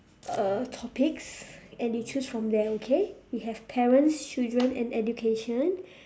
uh topics and you choose from there okay we have parents children and education